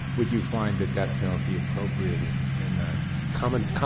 would you find the death penalty appropriate in in that?